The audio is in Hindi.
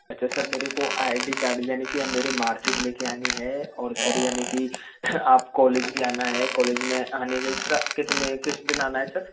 अच्छा सर मेरे को आई डी कार्ड यानी की आप मेरे मार्कशीट ले के आनी है और सर यानी की आप कॉलेज भी आना है कॉलेज में आने के सर कितने किस दिन आना है सर